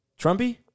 Trumpy